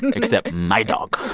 except my dog